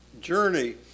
journey